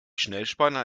schnellspanner